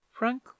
frank